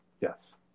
Yes